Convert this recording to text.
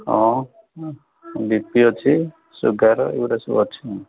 ହଁ B P ଅଛି sugar ଏଗୁଡ଼ା ସବୁ ଅଛି